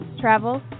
travel